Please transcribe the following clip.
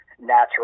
natural